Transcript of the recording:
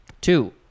Two